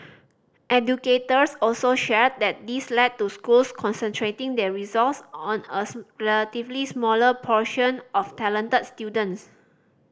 educators also shared that this led to schools concentrating their resource on a relatively smaller portion of talented students